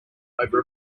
over